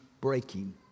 breaking